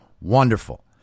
wonderful